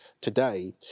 today